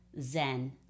zen